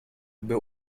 był